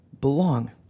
belong